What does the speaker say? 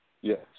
Yes